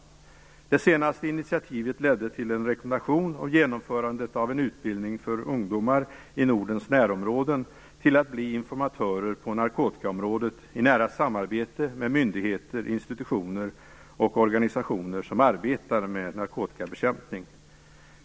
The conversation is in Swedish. Det senaste initiativet ledde till en rekommendation om genomförandet av en utbildning för ungdomar i Nordens närområden, så att de kan bli informatörer på narkotikaområdet i nära samarbete med myndigheter, institutioner och organisationer som arbetar med narkotikabekämpning.